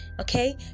okay